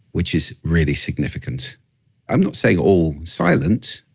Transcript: which is really significant i'm not saying all silent.